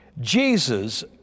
Jesus